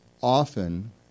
often